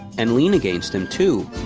and lean against him, too.